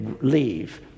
leave